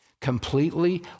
completely